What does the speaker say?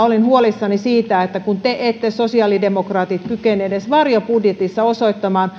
olen huolissani siitä että te sosiaalidemokraatit ette kykene edes varjobudjetissanne osoittamaan